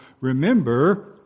Remember